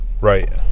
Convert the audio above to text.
Right